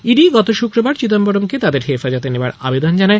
ই D গত শুক্রবার চিদাম্বরমকে তাদের হেফাজতে নেবার আবেদন জানায়